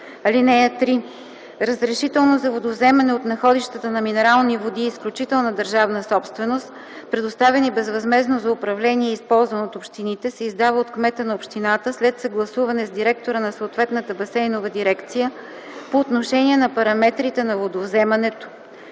(3) Разрешително за водовземане от находищата на минерални води – изключителна държавна собственост, предоставени безвъзмездно за управление и ползване от общините, се издава от кмета на общината след съгласуване с директора на съответната басейнова дирекция по отношение на параметрите на водовземането.